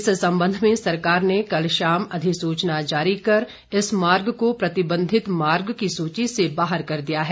इस संबंध में सरकार ने कल शाम अधिसूचना जारी कर इस मार्ग को प्रतिबंधित मार्ग की सूची से बाहर कर दिया है